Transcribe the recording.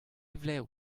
vlev